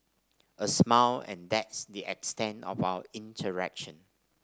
a smile and that's the extent of our interaction